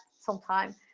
sometime